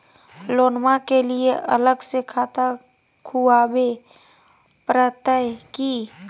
लोनमा के लिए अलग से खाता खुवाबे प्रतय की?